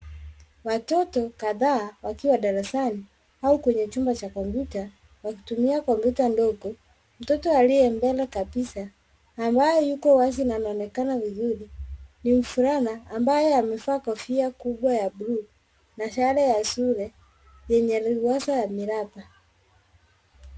Watoto kadhaa wakiwa darasani au kwenye chumba cha kompyuta, wakitumia kompyuta ndogo. Mtoto aliye mbele kabisa, ambaye yuko wazi na anaonekana vizuri, ni mvulana ambaye amevaa kofia kubwa ya blue na sare ya shule yenye liliwaza ya miraba.